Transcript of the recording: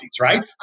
right